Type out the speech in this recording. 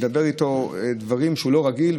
מדבר איתו על דברים שהוא לא רגיל,